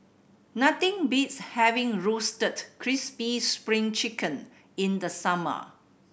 nothing beats having Roasted Crispy Spring Chicken in the summer